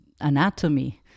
anatomy